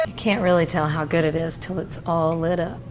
um can't really tell how good it is til it's all lit up.